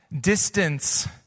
distance